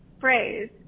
phrase